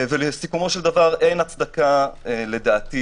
לסיכומו של דבר אין הצדקה מקצועית לדעתי,